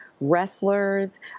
wrestlers